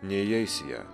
neįeis į ją